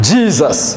Jesus